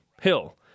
Hill